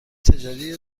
تجاری